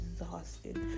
exhausted